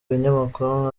ibinyamakuru